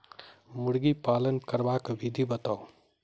मुर्गी पालन करबाक विधि बताऊ?